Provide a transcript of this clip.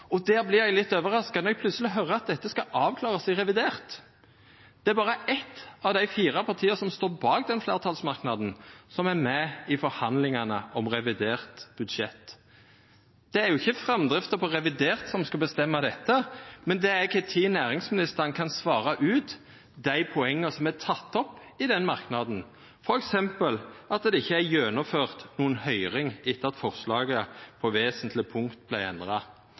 eg overraska når eg plutseleg høyrar at dette skal avklarast i revidert. Det er berre eitt av dei fire partia som står bak den fleirtalsmerknaden, som er med i forhandlingane om revidert budsjett. Det er ikkje framdrifta på revidert som skal bestemma dette, men det er når næringsministeren kan svara ut dei poenga som er tekne opp i den merknaden, f.eks. at inga høyring har vorte gjennomført etter at forslaget på vesentlege punkt vart endra,